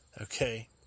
Okay